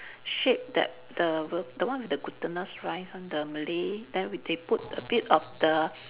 shape that the the one with the glutinous rice one the Malay then we they put a bit of the